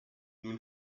nous